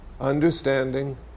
understanding